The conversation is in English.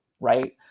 right